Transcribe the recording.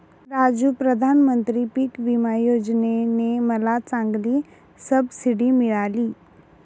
राजू प्रधानमंत्री पिक विमा योजने ने मला चांगली सबसिडी मिळाली